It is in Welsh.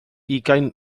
ugain